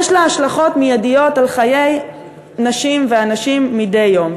יש לה השלכות מיידיות על חיי נשים ואנשים מדי יום,